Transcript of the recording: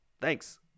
Thanks